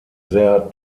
sehr